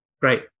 great